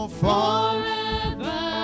forever